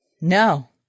No